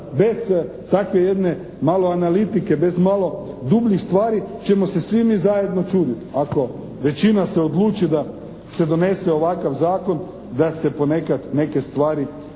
bez takve jedne malo analitike, bez malo dubljih stvari ćemo se svi mi zajedno čuditi. Ako većina se odluči da se donese ovakav zakon da se ponekad neke stvari